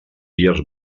illes